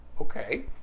Okay